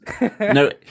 No